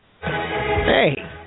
Hey